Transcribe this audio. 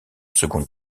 seconde